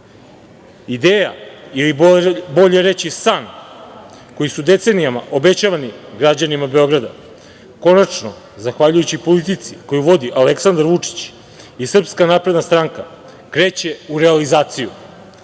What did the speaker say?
ili bolje reći san koji su decenijama obećavani građanima Beograda konačno, zahvaljujući politici koju vodi Aleksandar Vučić i SNS, kreće u realizaciju.